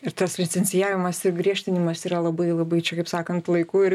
ir tas licencijavimas ir griežtinimas yra labai labai čia kaip sakant laiku ir